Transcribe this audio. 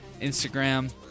Instagram